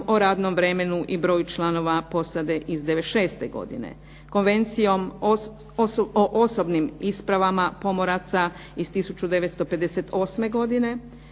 o radnom vremenu i broja članova posade iz '96. godine, Konvencijom o osobnim ispravama pomoraca iz 1958. godine,